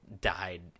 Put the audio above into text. died